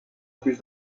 plus